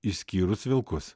išskyrus vilkus